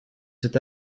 cet